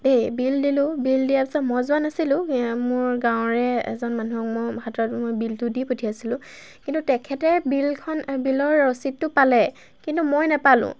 এই বিল দিলোঁ বিল দিয়াৰ পিছত মই যোৱা নাছিলোঁ মোৰ গাঁৱৰে এজন মানুহক মি হাতত মই বিলটো দি পঠিয়াইছিলোঁ কিন্তু তেখেতে বিলখন বিলৰ ৰচিদটো পালে কিন্তু মই নাপালোঁ